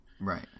Right